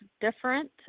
different